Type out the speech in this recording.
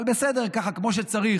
אבל בסדר, ככה, כמו שצריך.